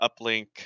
Uplink